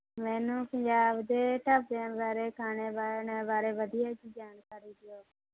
ਮੈਨੂੰ ਪੰਜਾਬ ਦੇ ਢਾਬਿਆਂ ਬਾਰੇ ਖਾਣੇ ਬਾਣਿਆਂ ਬਾਰੇ ਵਧੀਆ ਜੀ ਜਾਣਕਾਰੀ ਦਿਓ